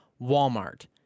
Walmart